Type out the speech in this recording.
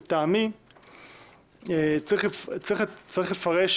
לטעמי צריך לפרש